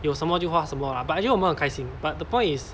有什么就花什么啊 but actually 我们很开心 but the point is